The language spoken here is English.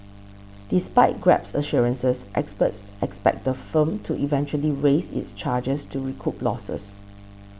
despite Grab's assurances experts expect the firm to eventually raise its charges to recoup losses